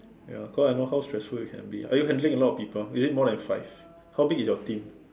ya cause I know how stressful it can be are you handling a lot of people is it more than five how big is your team